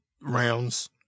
rounds